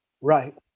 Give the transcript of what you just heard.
Right